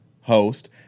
host